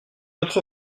autre